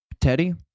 Teddy